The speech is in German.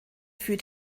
für